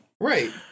Right